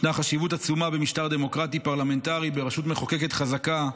ישנה חשיבות עצומה במשטר דמוקרטי פרלמנטרי ברשות מחוקקת חזקה,